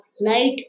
light